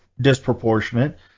disproportionate